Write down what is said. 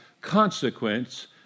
consequence